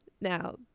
now